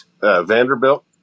Vanderbilt